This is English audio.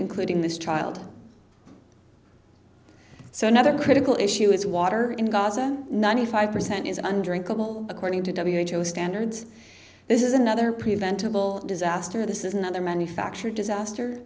including this child so another critical issue is water in gaza ninety five percent is undrinkable according to w h o standards this is another preventable disaster this is another manufactured disaster